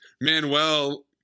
Manuel